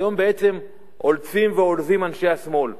והיום בעצם עולצים אנשי השמאל,